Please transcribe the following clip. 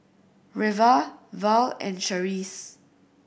Reva Val and Charisse